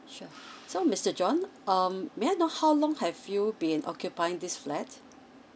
sure so mister john um may I know how long have you been occupying this flat